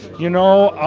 you know,